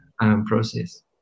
process